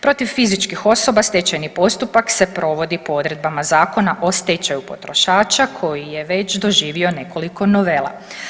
Protiv fizičkih osoba stečajni postupak se provodi po odredbama Zakona o stečaju potrošača koji je već doživio nekoliko novela.